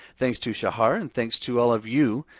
thanks to shahar and thanks to all of you.